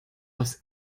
was